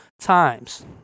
times